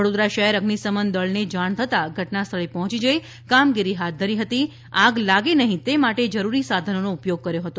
વડોદરા શહેર અઝિ શમન દળને જાણ થતાં ઘટનાસ્થળે પહોંચી જઈ કામગીરી હાથ ધરી હતી આગ લાગે નહીં તે માટે જરૂરી સાધનોનો ઉપયોગ કર્યો હતો